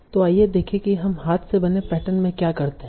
तो आइए देखें कि हम हाथ से बने पैटर्न में क्या करते हैं